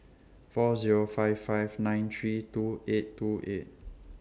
four Zero five five nine three two eight two eight